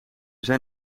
zijn